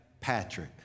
Patrick